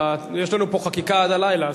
יש לנו פה חקיקה עד הלילה,